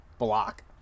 block